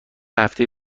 هفته